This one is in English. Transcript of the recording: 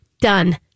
done